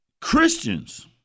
Christians